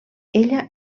ella